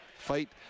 fight